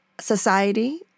Society